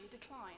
decline